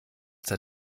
der